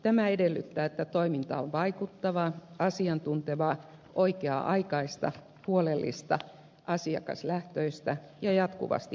tämä edellyttää että toiminta on vaikuttavaa asiantuntevaa oikea aikaista huolellista asiakaslähtöistä ja jatkuvasti kehittyvää